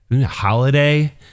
Holiday